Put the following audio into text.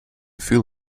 fill